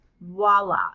voila